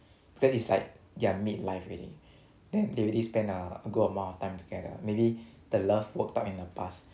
because it's like their mid life already then they already spend a a good amount of time together mainly the love worked out in the past